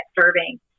serving